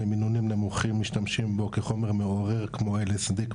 במינונים נמוכים משתמשים בו כחומר מעורר כמו LSD,